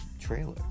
trailer